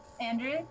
Andrew